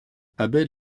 abel